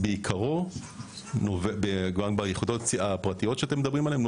גם ביחידות הפרטיות שדיברתם עליהן,